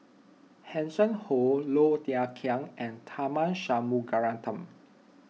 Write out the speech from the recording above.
Hanson Ho Low Thia Khiang and Tharman Shanmugaratnam